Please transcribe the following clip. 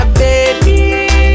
baby